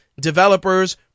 developers